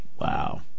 Wow